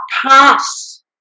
pass